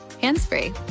hands-free